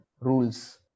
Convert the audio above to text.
rules